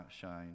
shine